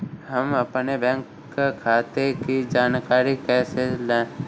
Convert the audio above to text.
हम अपने बैंक खाते की जानकारी कैसे लें?